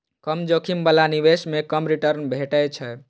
कम जोखिम बला निवेश मे कम रिटर्न भेटै छै